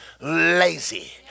lazy